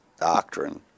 doctrine